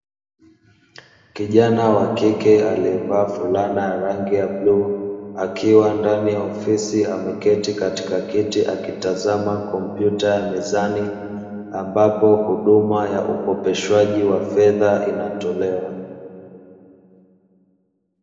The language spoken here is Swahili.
Kijana wa kike aliyevaa fulana ya rangi ya bluu akiwa ndani ya ofisi ameketi katika kiti akitazama kompyuta ya mezani, ambapo huduma ya ukopeshwaji wa fedha inatolewa.